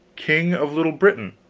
king of little britain.